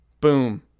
Boom